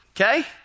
okay